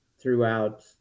throughout